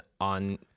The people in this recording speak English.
on